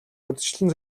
урьдчилан